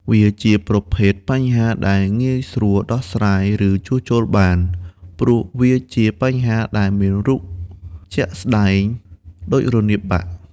វាជាប្រភេទបញ្ហាដែលងាយស្រួលដោះស្រាយ ឬជួសជុលបាន ព្រោះវាជាបញ្ហាដែលមានរូបជាក់ស្ដែងដូចរនាបបាក់។